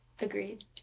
Agreed